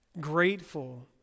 grateful